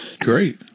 Great